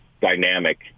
dynamic